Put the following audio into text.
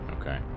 Okay